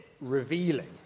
revealing